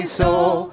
soul